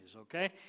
okay